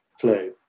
flu